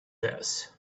this